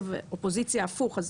קואליציה ואופוזיציה הפוך,